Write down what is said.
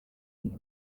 him